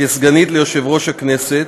כסגנית ליושב-ראש הכנסת,